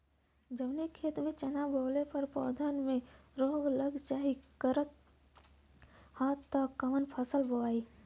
जवने खेत में चना बोअले पर पौधा में रोग लग जाईल करत ह त कवन फसल बोआई?